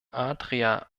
adria